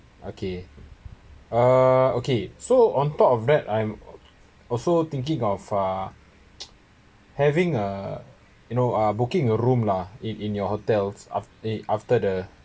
okay uh okay so on top of that I'm also thinking of uh having a you know uh booking a room lah in in your hotel aft~ after the